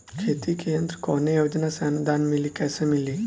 खेती के यंत्र कवने योजना से अनुदान मिली कैसे मिली?